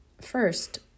First